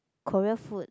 Korea food